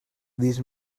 these